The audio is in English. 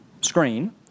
screen